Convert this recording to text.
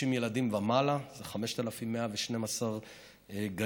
שבהם 30 ילדים ומעלה, שזה 5,112 גנים,